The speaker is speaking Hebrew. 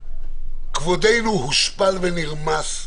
כבודנו הושפל ונרמס,